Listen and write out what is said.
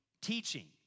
teaching